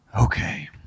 Okay